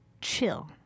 chill